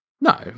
No